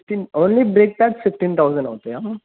fifteen only brake pads fifteen thousand అవుతాయా